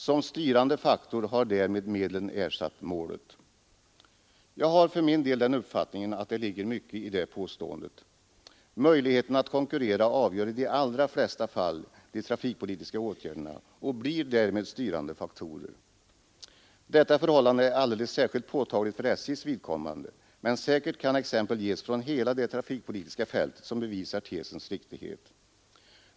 Som styrande faktor har därmed medlen ersatt målet.” Jag har för min del den uppfattningen att det ligger mycket i det påståendet. Möjligheterna att konkurrera avgör i de allra flesta fall de trafikpolitiska åtgärderna och blir därmed styrande faktorer. Detta förhållande är alldeles särskilt påtagligt för SJ:s vidkommande, men säkert kan exempel ges från hela det trafikpolitiska fältet som bevisar tesens riktighet.